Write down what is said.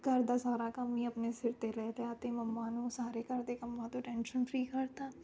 ਘਰ ਦਾ ਸਾਰਾ ਕੰਮ ਹੀ ਆਪਣੇ ਸਿਰ 'ਤੇ ਲੈ ਲਿਆ ਅਤੇ ਮੰਮਾ ਨੂੰ ਸਾਰੇ ਘਰ ਦੇ ਕੰਮਾਂ ਤੋਂ ਟੈਨਸ਼ਨ ਫ਼ਰੀ ਕਰਤਾ